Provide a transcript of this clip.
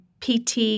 PT